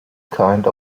kind